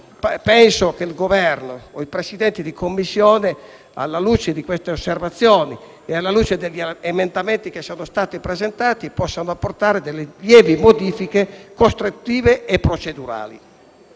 penso che il Governo o i Presidenti di Commissione, alla luce delle osservazioni fatte e degli emendamenti presentati, possano apportare lievi modifiche costruttive e procedurali.